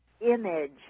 image